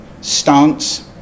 stance